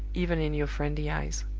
even in your friendly eyes.